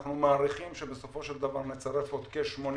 אנחנו מעריכים שבסופו של דבר נצרף עוד כ-80